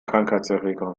krankheitserreger